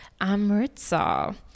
Amritsar